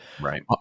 right